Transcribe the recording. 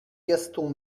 gaston